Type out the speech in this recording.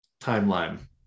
timeline